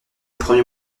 premiers